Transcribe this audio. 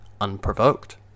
unprovoked